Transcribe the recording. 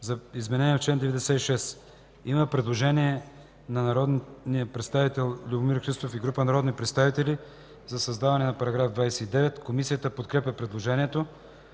АТАНАС АТАНАСОВ: Предложение на народния представител Любомир Христов и група народни представители за създаване на нов параграф. Комисията подкрепя предложението.